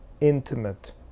intimate